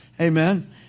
Amen